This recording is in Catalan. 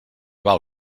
val